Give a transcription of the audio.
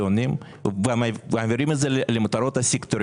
." יבוא "מספר לקוחות בני אותה משפחה באותה עסקה".